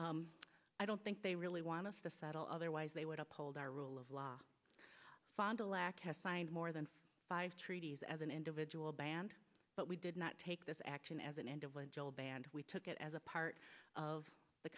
said i don't think they really want us to settle otherwise they would uphold our rule of law fond du lac has signed more than five treaties as an individual band but we did not take this action as an individual band we took it as a part of the